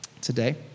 today